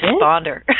responder